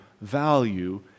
value